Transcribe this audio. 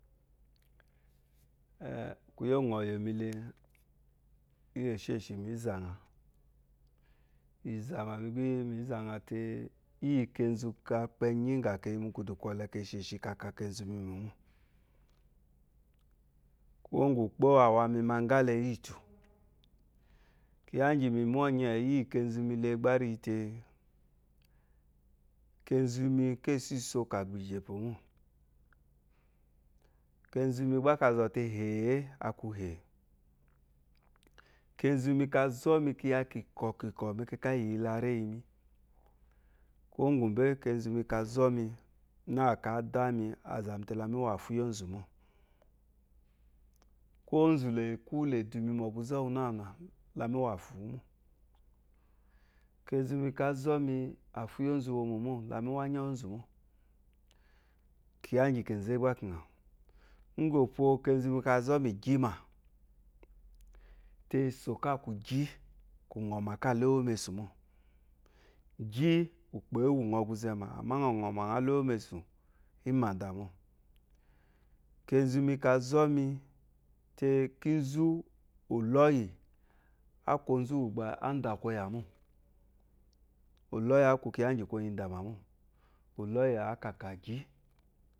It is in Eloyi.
“e” kuyó ɔyomile iyesheshi izághá ízà ma mi gbá izágha té iyì ké zuka kpenye ngá keyi mukudukɔle keshéshì ka ka kezu mi mómú kwo gu ukpo wa mi maga le eyitia kiya gi mi manye iyi kezumi kesi só ka gba izhe epomo kezumi kazɔmi kiya kikɔ kikɔ meke ka. iya yi lare yimi kuwo gubé kezú ni kazomi na kɔ adá mí azámíté lá mi wó afiiyi ozumo ko ozu lé dúm mó gúzé úwù ná wùná lá nii wu afiwu mu kezu mi ka zumi afiyozu wo mo mo la mi wo anya iyi ozumo kiyá ígí kéze gbá keghawu igi epo lazó mì igimà te sokà kúgí kú ɔyɔ má kaá lè ewò mésúmò gú ukpó ewúnyò òguzè mà amá nyɔ nyɔ mànyó oguzé mà ámá nyɔ nyŋ mà nyɔ le ewó mesu imada mɔ kezumi ka zó mite kizu uloyi. aku uzu ba adako ya mo ulloyi aka gyá gyi